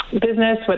business